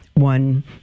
one